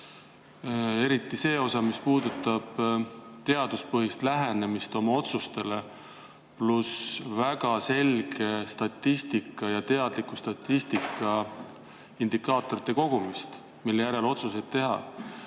Eriti seda osa, mis puudutas teaduspõhist lähenemist oma otsustele, pluss väga selge statistika, teadlik statistika indikaatorite kogumine, mille järgi otsuseid teha.